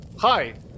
Hi